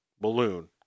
balloon